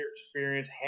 experience